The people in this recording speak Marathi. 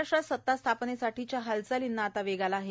महाराष्ट्रात सत्ता स्थापनेसाठीच्या हालचालिंना आता वेग आला आहे